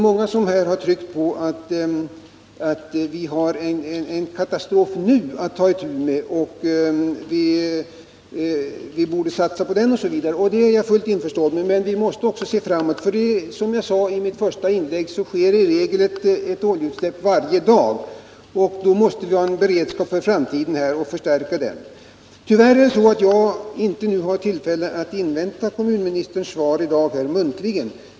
Många har tryckt på att vi just nu haren katastrofatt ta itu med och att vi borde satsa på den. Det är jag fullt införstådd med, men vi måste också se framåt. Såsom jag sade i mitt första inlägg sker i regel ett oljeutsläpp varje dag. Då måste vi förstärka beredskapen för framtiden. Tyvärr har jag inte nu tillfälle att invänta kommunministerns muntliga svar.